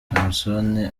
samson